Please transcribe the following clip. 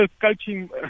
coaching